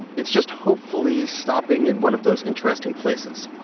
it's just hopefully stopping in one of those interesting places